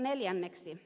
neljänneksi